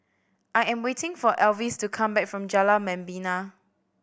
I am waiting for Elvis to come back from Jalan Membina